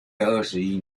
二十一